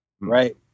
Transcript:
right